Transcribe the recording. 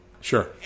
Sure